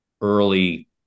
early